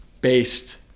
based